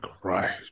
Christ